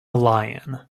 lion